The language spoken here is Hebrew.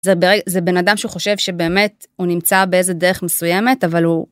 זה בנאדם שחושב שבאמת הוא נמצא באיזה דרך מסוימת אבל הוא.